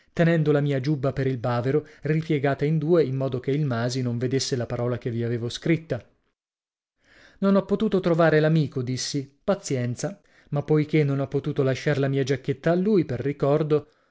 tenendo la mia giubba per il bavero ripiegata in due in modo che il masi non vedesse la parola che vi avevo scritta non ho potuto trovare l'amico dissi pazienza ma poiché non ho potuto lasciar la mia giacchetta a lui per ricordo